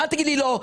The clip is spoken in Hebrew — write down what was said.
אל תגיד לי לא.